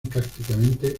prácticamente